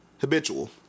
Habitual